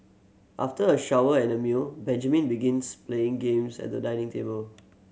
after a shower and a meal Benjamin begins playing games at the dining table